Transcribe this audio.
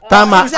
Tama